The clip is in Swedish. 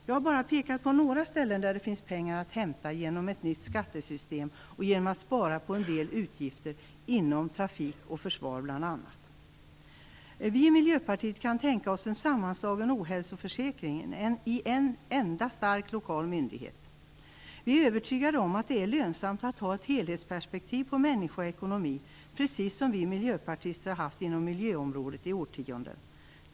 Jag har bara pekat på några ställen där det finns pengar att hämta genom ett nytt skattesystem och genom att spara på en del utgifter inom bl.a. trafik och försvar. Vi i Miljöpartiet kan tänka oss en sammanslagen ohälsoförsäkring i en enda stark lokal myndighet. Vi är övertygade om att det är lönsamt att ha ett helhetsperspektiv på människor och ekonomi, precis som vi miljöpartister har haft i årtionden på miljöområdet.